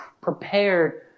prepared